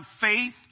faith